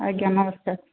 ଆଜ୍ଞା ନମସ୍କାର